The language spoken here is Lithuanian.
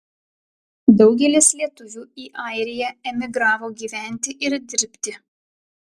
daugelis lietuvių į airiją emigravo gyventi ir dirbti